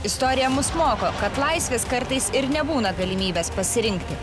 istorija mus moko kad laisvės kartais ir nebūna galimybės pasirinkti